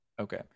Okay